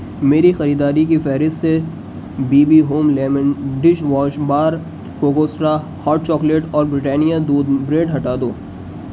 میری خریداری کی فہرست سے B B home lemon dish wash bar کوکوسوترہ ہاٹ چاکلیٹ اور بریٹانیہ دودھ بریڈ ہٹا دو